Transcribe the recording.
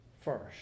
first